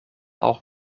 auch